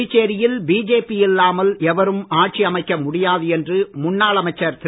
புதுச்சேரியில் பிஜேபி இல்லாமல் எவரும் ஆட்சி அமைக்க முடியாது என்று முன்னாள் அமைச்சர் திரு